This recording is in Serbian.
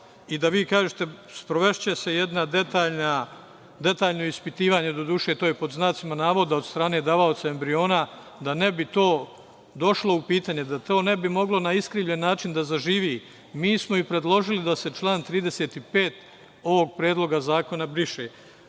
i da vi kažete – sprovešće se jedno detaljno ispitivanje, doduše, to je pod znacima navoda od strane davaoca embriona, da ne bi to došlo u pitanje, da to ne bi moglo na iskrivljen način da zaživi, mi smo i predložili da se član 35. ovog Predloga zakona